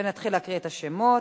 ונתחיל להקריא את השמות.